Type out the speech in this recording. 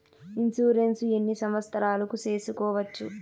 Insurance ఎన్ని సంవత్సరాలకు సేసుకోవచ్చు?